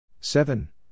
Seven